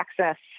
access